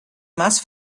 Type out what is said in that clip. más